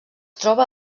troba